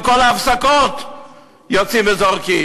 בכל ההפסקות יוצאים וזורקים.